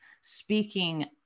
speaking